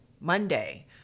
Monday